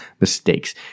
mistakes